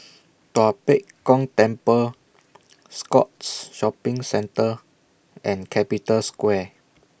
Tua Pek Kong Temple Scotts Shopping Centre and Capital Square